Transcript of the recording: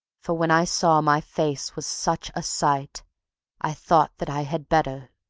for when i saw my face was such a sight i thought that i had better.